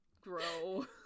grow